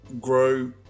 grow